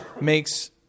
makes